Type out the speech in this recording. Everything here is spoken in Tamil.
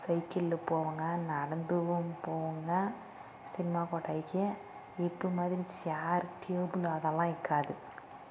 சைக்கிளில் போவோம்ங்க நடந்தும் போவோம்ங்க சினிமா கொட்டாய்க்கு இப்போ மாதிரி சேர் டேபுள் அதெல்லாம் இருக்காது